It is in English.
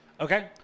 Okay